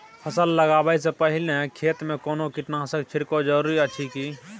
फसल लगबै से पहिने खेत मे कोनो कीटनासक छिरकाव जरूरी अछि की?